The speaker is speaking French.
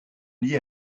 liée